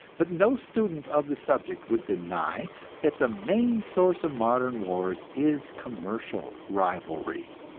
but no student of the subject would deny that the main source of modern wars is commercial rivalry.